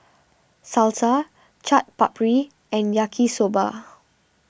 Salsa Chaat Papri and Yaki Soba